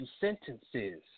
sentences